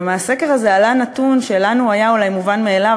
מהסקר הזה עלה נתון שלנו הוא היה אולי מובן מאליו,